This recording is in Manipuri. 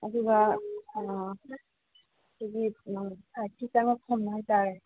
ꯑꯗꯨꯒ ꯑꯩꯈꯣꯏꯒꯤ ꯁꯥꯏꯠꯀꯤ ꯆꯪꯂꯛꯐꯝ ꯍꯥꯏꯇꯔꯦ